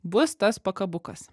bus tas pakabukas